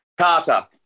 Carter